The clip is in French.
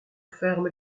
ferme